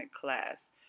class